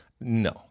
No